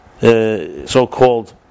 so-called